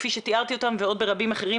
כפי שתיארתי אותם ובעוד רבים אחרים